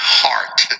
heart